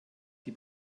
die